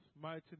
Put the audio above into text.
mighty